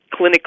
clinically